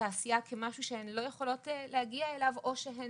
את התעשייה הזו כמשהו שהן בכלל לא יכולות להגיע אליו כי או שהן